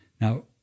Now